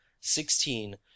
sixteen